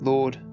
Lord